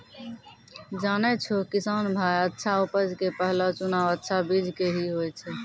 जानै छौ किसान भाय अच्छा उपज के पहलो चुनाव अच्छा बीज के हीं होय छै